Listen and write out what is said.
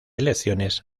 elecciones